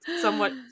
somewhat